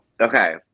Okay